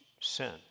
sin